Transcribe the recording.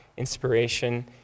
inspiration